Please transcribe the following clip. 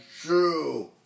true